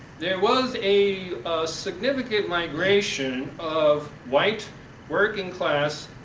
there was a significant migration of white working class,